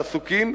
שעסוקים